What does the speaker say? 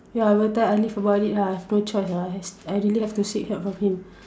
ya I will tell Alif about it lah no choice lah I really have to seek help from him